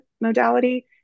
modality